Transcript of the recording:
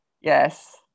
Yes